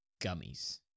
gummies